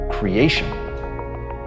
creation